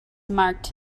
marked